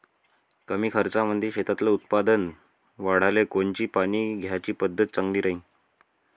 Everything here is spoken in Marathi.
कमी खर्चामंदी शेतातलं उत्पादन वाढाले कोनची पानी द्याची पद्धत चांगली राहीन?